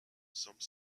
some